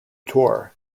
tour